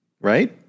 right